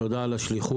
תודה על השליחות.